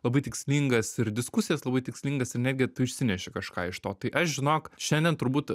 labai tikslingas ir diskusijas labai tikslingas ir netgi tu išsineši kažką iš to tai aš žinok šiandien turbūt